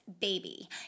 baby